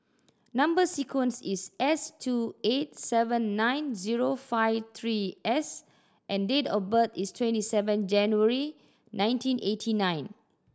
number sequence is S two eight seven nine zero five three S and date of birth is twenty seven January nineteen eighty nine